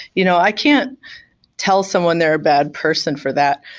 you know i can't tell someone they're a bad person for that,